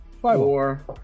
four